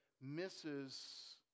misses